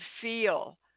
feel